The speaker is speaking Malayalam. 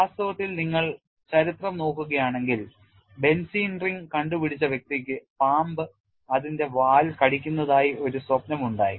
വാസ്തവത്തിൽ നിങ്ങൾ ചരിത്രം നോക്കുകയാണെങ്കിൽ ബെൻസീൻ ring നിർണ്ണയിച്ച വ്യക്തിക്ക് പാമ്പ് അതിന്റെ വാൽ കടിക്കുന്നതായി ഒരു സ്വപ്നം ഉണ്ടായി